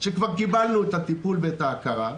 כשכבר קיבלנו טיפול והכרה,